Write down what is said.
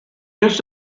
used